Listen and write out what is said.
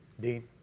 Dean